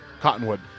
Cottonwood